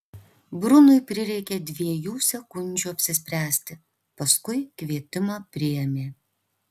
brunui prireikė dviejų sekundžių apsispręsti paskui kvietimą priėmė